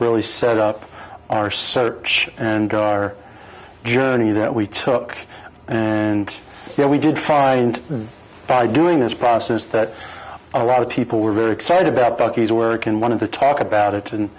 really set up our search and go our journey that we took and then we did find by doing this process that a lot of people were very excited about bucky's work and one of the talk about it and